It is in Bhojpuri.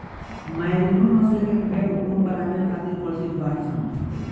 मैरिनो नस्ल के भेड़ ऊन बनावे खातिर प्रसिद्ध बाड़ीसन